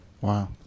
Wow